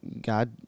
God